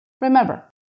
Remember